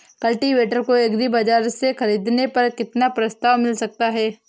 Cultivator को agri बाजार से ख़रीदने पर कितना प्रस्ताव मिल सकता है?